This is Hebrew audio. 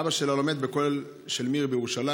אבא שלה לומד בכולל של מיר בירושלים.